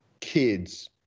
kids